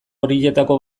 horietako